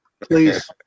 please